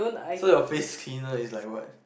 so your face cleaner is like what